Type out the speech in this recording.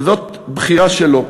וזאת בחירה שלו.